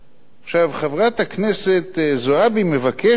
עכשיו, חברת הכנסת זועבי מבקשת